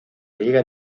liga